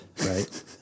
Right